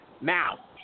Now